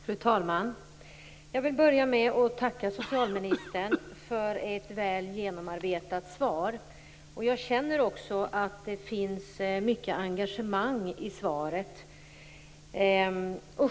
Fru talman! Jag vill först tacka socialministern för ett väl genomarbetat svar. Jag känner också att det finns mycket engagemang i svaret.